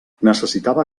necessitava